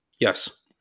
Yes